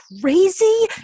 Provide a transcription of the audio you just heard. crazy